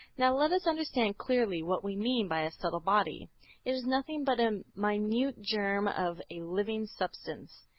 now let us understand clearly what we mean by a subtle body. it is nothing but a minute germ of a living substance.